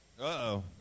Uh-oh